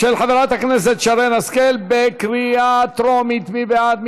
של חברת הכנסת שרן השכל, בקריאה טרומית, מי בעד?